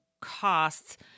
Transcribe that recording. costs